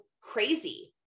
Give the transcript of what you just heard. crazy